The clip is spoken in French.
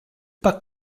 pas